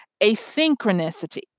asynchronicity